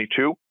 2022